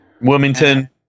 Wilmington